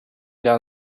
down